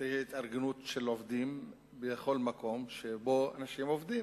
שתהיה התארגנות של עובדים בכל מקום שבו אנשים עובדים,